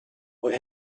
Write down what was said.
what